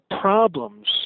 problems